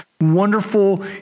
wonderful